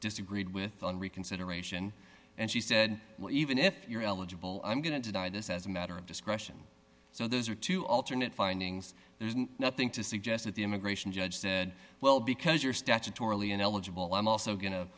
disagreed with on reconsideration and she said even if you're eligible i'm going to die this as a matter of discretion so those are two alternate findings there's nothing to suggest that the immigration judge said well because you're statutorily ineligible i'm also going to